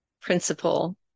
principle